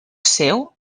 seu